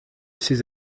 ces